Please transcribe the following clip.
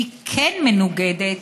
היא כן מנוגדת